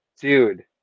Dude